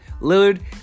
Lillard